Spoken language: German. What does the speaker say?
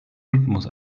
rhythmus